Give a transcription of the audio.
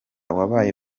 wabaye